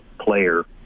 player